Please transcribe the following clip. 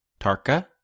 Tarka